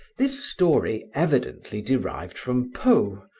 this story evidently derived from poe,